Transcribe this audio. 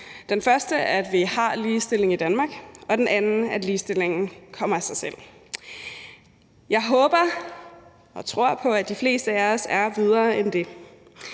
Den første er, at vi har ligestilling i Danmark, og den anden, at ligestillingen kommer af sig selv. Jeg håber og tror på, at de fleste af os er videre end det: